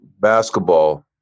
basketball